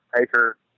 acre